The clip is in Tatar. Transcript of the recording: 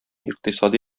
икътисади